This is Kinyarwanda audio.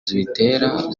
zibitera